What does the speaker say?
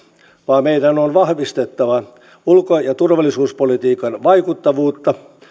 vaan meidän on vahvistettava ulko ja turvallisuuspolitiikan vaikuttavuutta